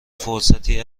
فرصتی